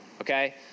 Okay